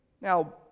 Now